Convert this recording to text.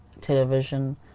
television